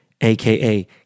aka